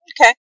okay